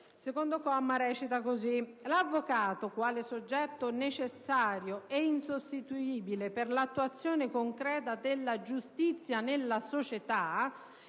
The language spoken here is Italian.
di cui ai commi 5 e 6. 2. L'avvocato, quale soggetto necessario e insostituibile per l'attuazione concreta della giustizia nella società